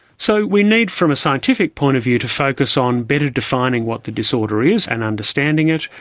so we need, from a scientific point of view, to focus on better defining what the disorder is and understanding it.